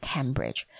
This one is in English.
Cambridge